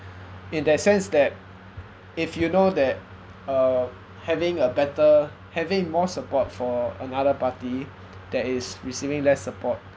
in that sense that if you know that uh having a better having more support for another party that is receiving less support